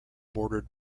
bordered